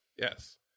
yes